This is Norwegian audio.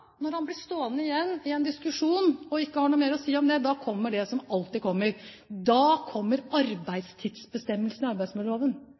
blir stående igjen i en diskusjon og ikke har noe mer å si om det, kommer det som alltid kommer: arbeidstidsbestemmelsene i arbeidsmiljøloven. Det er helt greit. Jeg tar til enhver tid en debatt om arbeidstidsbestemmelsene i arbeidsmiljøloven,